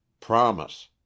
promise